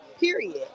period